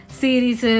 series